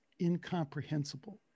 incomprehensible